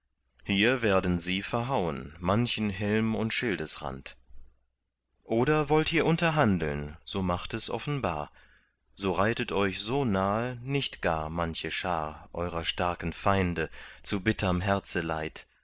hier werden sie verhauen manchen helm und schildesrand oder wollt ihr unterhandeln so macht es offenbar so reitet euch so nahe nicht gar manche schar eurer starken feinde zu bitterm